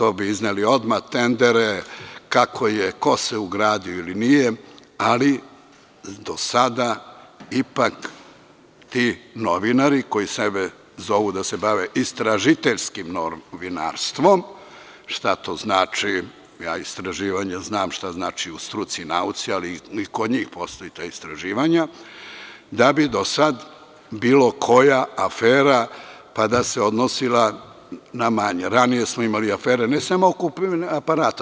Izneli bi odmah tendere, kako je, ko se ugradio ili nije, ali do sada ipak ti novinari koji sebe zovu da se bave istražiteljskim novinarstvom, šta to znači, ja istraživanje znam šta znači u struci i nauci, ali i kod njih postoje ta istraživanja, da bi do sada bilo koja afera pa da se odnosila na manje, ranije smo imali afere ne samo oko kupovine aparata.